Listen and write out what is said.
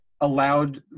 allowed